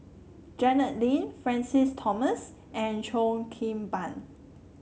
Janet Lim Francis Thomas and Cheo Kim Ban